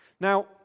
Now